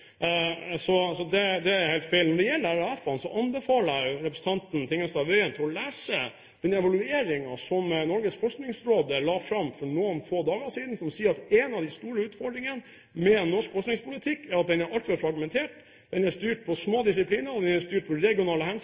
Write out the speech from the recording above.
Så det er helt feil. Når det gjelder RFF-ene, anbefaler jeg representanten Tingelstad Wøien å lese den evalueringen som Norges forskningsråd la fram for noen få dager siden, som sier at en av de store utfordringene med norsk forskningspolitikk er at den er altfor fragmentert. Den er styrt av små disipliner, og den er styrt av regionale hensyn,